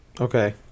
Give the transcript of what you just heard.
okay